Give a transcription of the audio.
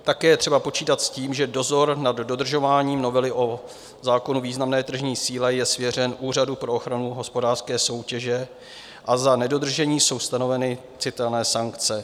Také je třeba počítat s tím, že dozor nad dodržováním novely zákona o významné tržní síle je svěřen Úřadu pro ochranu hospodářské soutěže a za nedodržení jsou stanoveny citelné sankce.